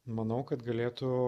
manau kad galėtų